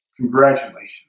Congratulations